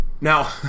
now